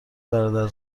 برادر